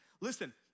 Listen